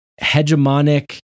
hegemonic